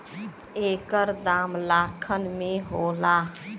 एकर दाम लाखन में होला